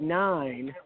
nine